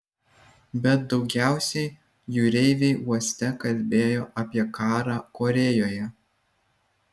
bet daugiausiai jūreiviai uoste kalbėjo apie karą korėjoje